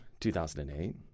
2008